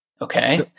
Okay